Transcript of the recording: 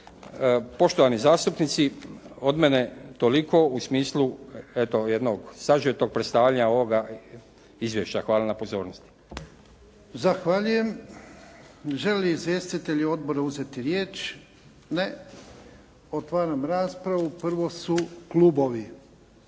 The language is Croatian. Poštovani zastupnici, od mene toliko u smislu eto jednog sažetog predstavljanja ovoga izvješća. Hvala na pozornosti. **Jarnjak, Ivan (HDZ)** Zahvaljujem. Žele li izvjestitelji odbora uzeti riječ? Ne. Otvaram raspravu. Prvo su klubovi.